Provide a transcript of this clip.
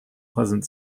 pleasant